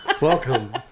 Welcome